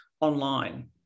online